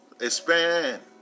Expand